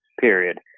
period